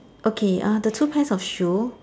okay uh the two pairs of shoe